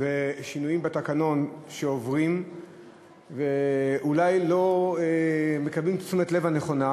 ושינויים בתקנון שעוברים ואולי לא מקבלים את תשומת הלב הנכונה,